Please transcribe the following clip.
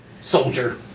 Soldier